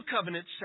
covenant